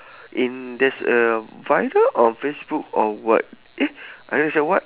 in there's a viral on facebook or what eh I know it say what